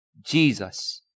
Jesus